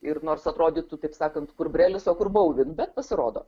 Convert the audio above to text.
ir nors atrodytų taip sakant kur brelis o kur buvau bouvin bet pasirodo